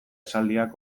esaldiak